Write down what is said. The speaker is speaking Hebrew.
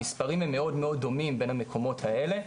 המספרים הם מאוד מאוד דומים בין המקומות האלה,